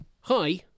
hi